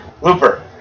Looper